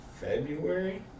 February